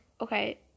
okay